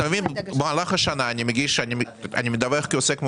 במהלך השנה אני מגיש, אני מדווח כעוסק מורשה,